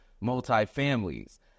multi-families